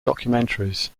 documentaries